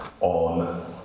on